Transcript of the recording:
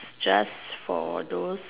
just for those